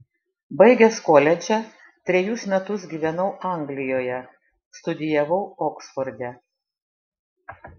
baigęs koledžą trejus metus gyvenau anglijoje studijavau oksforde